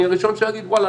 אני הראשון שיגיד: וואלה,